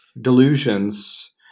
delusions